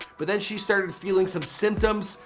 but then she started feeling some symptoms,